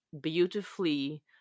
beautifully